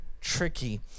tricky